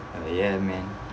oh ya man